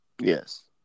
Yes